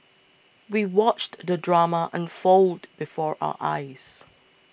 we watched the drama unfold before our eyes